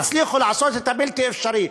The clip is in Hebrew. הצליחו לעשות את הבלתי-אפשרי,